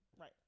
right